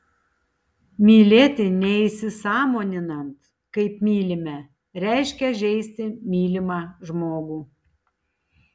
mylėti neįsisąmoninant kaip mylime reiškia žeisti mylimą žmogų